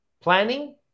planning